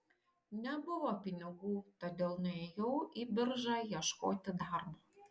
nebuvo pinigų todėl nuėjau į biržą ieškoti darbo